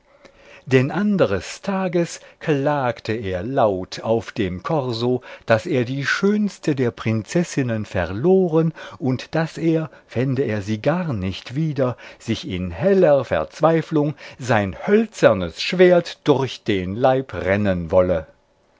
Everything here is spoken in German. anderes tages klagte er laut auf dem korso daß er die schönste der prinzessinnen verloren und daß er fände er sie gar nicht wieder sich in heller verzweiflung sein hölzernes schwert durch den leib rennen wolle